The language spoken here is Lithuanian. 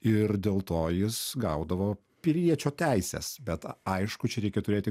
ir dėl to jis gaudavo piliečio teises bet aišku čia reikia turėti